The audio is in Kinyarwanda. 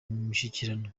mishyikirano